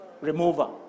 remover